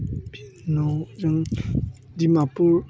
बिनि उनाव जों डिमापुर